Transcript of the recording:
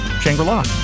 Shangri-La